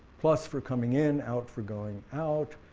plus for coming in, out for going out,